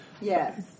Yes